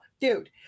dude